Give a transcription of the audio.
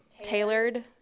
tailored